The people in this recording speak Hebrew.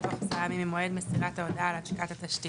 בתוך 10 ימים ממועד מסירת ההודעה על העתקת התשתית.